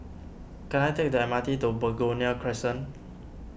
can I take the M R T to Begonia Crescent